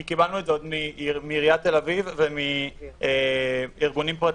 כי קיבלנו את זה מעיריית תל אביב ומארגונים פרטיים.